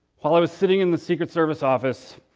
while i was sitting in the secret service office,